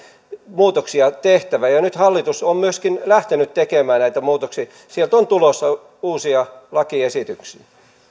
muutoksia on tehtävä ja nyt hallitus on myöskin lähtenyt tekemään näitä muutoksia sieltä on tulossa uusia lakiesityksiä